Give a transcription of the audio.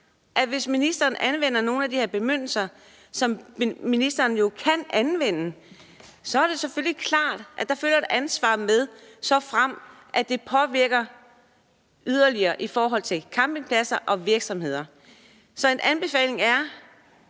at hvis ministeren anvender nogle af de her bemyndigelser, som ministeren jo kan anvende, følger der et ansvar med, såfremt det påvirker yderligere i forhold til campingpladser og virksomheder. Så anbefalingen